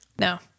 No